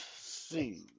See